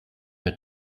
mehr